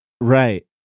Right